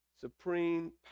supreme